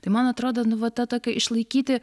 tai man atrodo nu va tą tokią išlaikyti